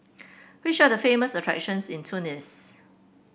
which are the famous attractions in Tunis